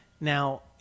Now